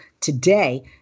today